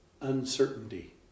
uncertainty